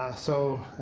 so